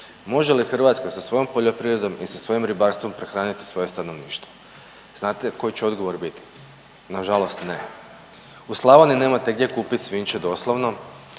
može li Hrvatska sa svojom poljoprivredom i sa svojim ribarstvom prehraniti svoje stanovništvo? Znate koji će odgovor biti? Na žalost ne. U Slavoniji nemate gdje kupit svinjče doslovno,